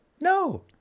No